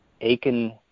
Aiken